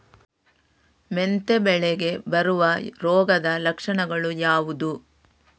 ಮೆಂತೆ ಬೆಳೆಗೆ ಬರುವ ರೋಗದ ಲಕ್ಷಣಗಳು ಯಾವುದು?